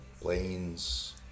Planes